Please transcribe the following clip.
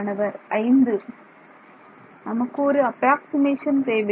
மாணவர் 5 நமக்கு ஒரு அப்ராக்ஸிமேஷன் தேவை